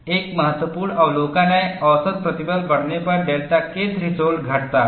एक महत्वपूर्ण अवलोकन है औसत प्रतिबल बढ़ने पर डेल्टा K थ्रेशोल्ड घटता है